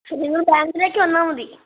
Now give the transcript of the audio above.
നിങ്ങൾ ബാങ്കിലേക്ക് വന്നാൽമതി